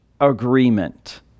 agreement